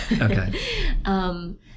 Okay